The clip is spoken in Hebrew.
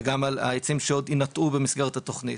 וגם על העצים שעוד יינטעו במסגרת התוכנית.